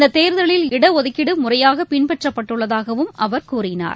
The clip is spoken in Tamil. இந்ததேர்தலில் இடஒதுக்கீடுமுறையாகபின்பற்றப்பட்டுள்ளதாகவும் அவர் கூறினார்